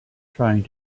trying